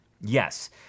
yes